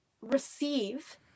receive